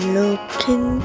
looking